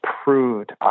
approved